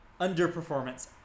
underperformance